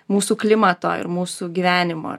mūsų klimato ir mūsų gyvenimo